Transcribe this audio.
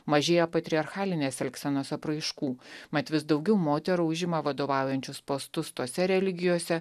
mažėja patriarchalinės elgsenos apraiškų mat vis daugiau moterų užima vadovaujančius postus tose religijose